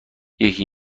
یکی